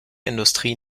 industrie